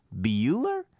Bueller